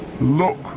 look